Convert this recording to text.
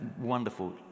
wonderful